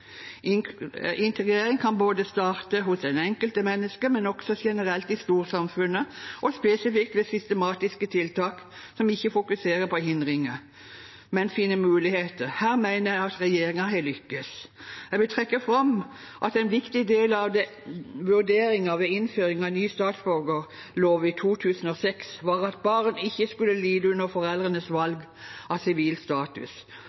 Integrering kan starte hos det enkelte menneske, men også generelt i storsamfunnet – og spesifikt ved systematiske tiltak som ikke fokuserer på hindringer, men finner muligheter. Her mener jeg at regjeringen har lykkes. Jeg vil trekke fram at en viktig del ved vurderingen av innføring av ny statsborgerlov i 2006 var at barn ikke skulle lide under foreldrenes valg av sivil status.